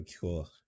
cool